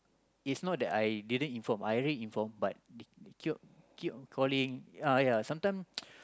it's not that I didn't inform I already inform but they keep on they keep on calling ya ya sometime